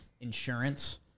insurance